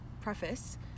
preface